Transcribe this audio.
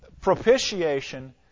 Propitiation